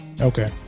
Okay